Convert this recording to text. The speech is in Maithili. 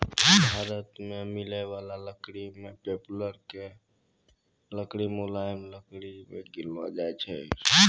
भारत मॅ मिलै वाला लकड़ी मॅ पॉपुलर के लकड़ी मुलायम लकड़ी मॅ गिनलो जाय छै